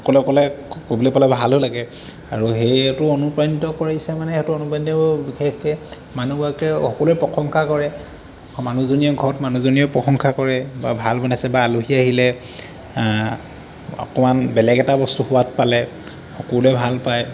অকলে অকলে কৰিবলৈ পালে ভালো লাগে আৰু সেইটো অনুপ্ৰাণিত কৰিছে মানে সেটো অনুপ্ৰাণিত বিশেষকৈ মানুহগৰাকীয়ে সকলোৱে প্ৰশংসা কৰে আৰু মানুহজনীয়ে ঘৰত মানুহজনীয়ে প্ৰশংসা কৰে বা ভাল বনাইছা বা আলহী আহিলে অকমান বেলেগ এটা বস্তু সোৱাদ পালে সকলোৱে ভাল পায়